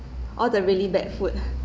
all the really bad food